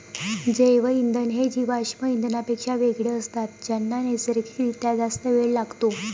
जैवइंधन हे जीवाश्म इंधनांपेक्षा वेगळे असतात ज्यांना नैसर्गिक रित्या जास्त वेळ लागतो